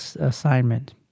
assignment